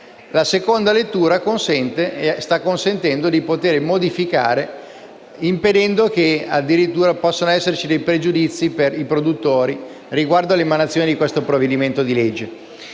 la seconda lettura consente e sta consentendo di poter modificare, impedendo che addirittura possano esservi pregiudizi per alcuni produttori riguardo all'emanazione di un provvedimento di legge.